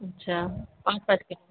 अच्छा पाँच पाँच के